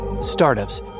Startups